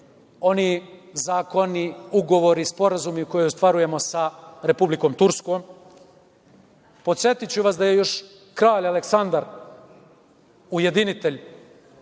oni zakoni, ugovori, sporazumi koje ostvarujemo sa Republikom Turskom. Podsetiću vas da je još Kralj Aleksandar ujedinitelj,